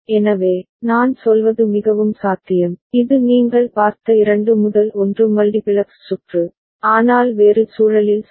எனவே நான் சொல்வது மிகவும் சாத்தியம் இது நீங்கள் பார்த்த 2 முதல் 1 மல்டிபிளக்ஸ் சுற்று ஆனால் வேறு சூழலில் சரி